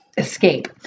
escape